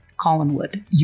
Collinwood